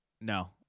No